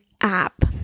app